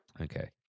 Okay